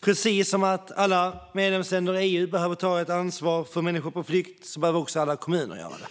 Precis som att alla medlemsländer i EU behöver ta ett ansvar för människor på flykt behöver också alla kommuner göra det.